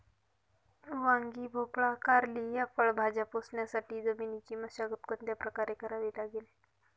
वांगी, भोपळा, कारली या फळभाज्या पोसण्यासाठी जमिनीची मशागत कोणत्या प्रकारे करावी लागेल?